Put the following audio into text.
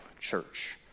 church